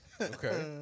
Okay